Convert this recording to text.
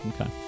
Okay